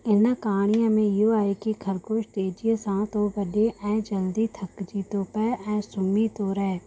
इन कहाणीअ में इहो आहे की ख़रगोश तेज़ीअ सां थो भॼे ऐं जल्दी थकिजी थो पए ऐं सुम्ही थो रहे